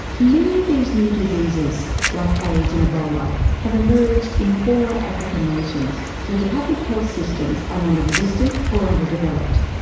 many of these new diseases like aids and ebola have emerged in pooper ah africa nations where the public health systems are non-existent or underdeveloped.